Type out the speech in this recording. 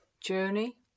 Journey